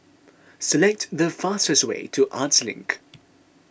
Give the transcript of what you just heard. select the fastest way to Arts Link